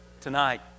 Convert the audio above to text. tonight